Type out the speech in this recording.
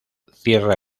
cierra